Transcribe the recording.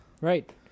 Right